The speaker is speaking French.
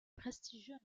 prestigieux